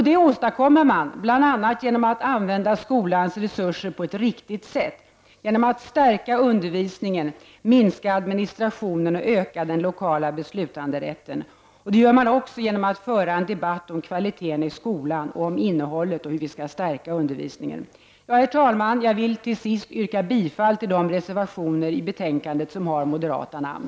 Detta åstadkommer man bl.a. genom att använda skolans resurser på ett riktigt sätt, genom att stärka undervisningen, minska administrationen och öka den lokala beslutanderätten. Det gör man också genom att föra en debatt om kvaliteten i skolan, om innehållet och om hur vi skall kunna stärka undervisningen. Herr talman! Till sist vill jag yrka bifall till de reservationer i betänkandet som har moderata namn.